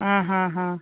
ಹಾಂ ಹಾಂ ಹಾಂ